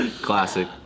Classic